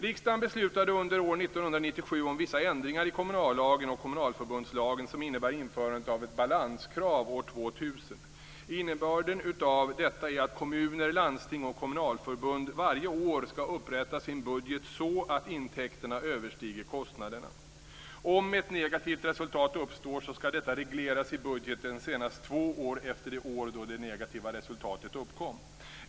Riksdagen beslutade under år 1997 om vissa ändringar i kommunallagen och kommunalförbundslagen som innebär införandet av ett balanskrav år 2000. Innebörden av detta är att kommuner, landsting och kommunalförbund varje år skall upprätta sin budget så att intäkterna överstiger kostnaderna. Om ett negativt resultat uppstår skall detta regleras i budgeten senast två år efter det år då det negativa resultatet uppkom.